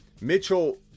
Mitchell